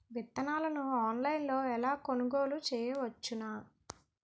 విత్తనాలను ఆన్లైన్లో ఎలా కొనుగోలు చేయవచ్చున?